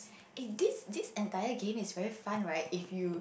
eh this this entire game is very fun right if you